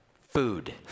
food